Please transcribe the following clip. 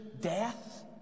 death